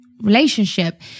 relationship